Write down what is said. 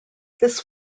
this